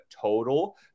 total